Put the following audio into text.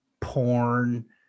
porn